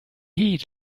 heat